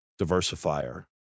diversifier